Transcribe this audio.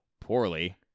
poorly